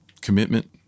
commitment